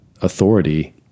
authority